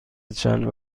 چند